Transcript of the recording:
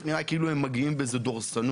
זה נראה כאילו שהם מגיעים באיזו דורסנות,